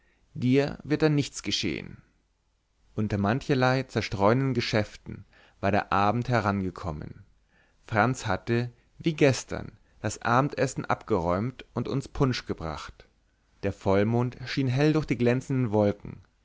dir wird dann nichts geschehen unter mancherlei zerstreuenden geschäften war der abend herangekommen franz hatte wie gestern das abendessen abgeräumt und uns punsch gebracht der vollmond schien hell durch die glänzenden wolken